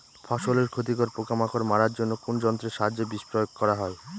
ফসলের ক্ষতিকর পোকামাকড় মারার জন্য কোন যন্ত্রের সাহায্যে বিষ প্রয়োগ করা হয়?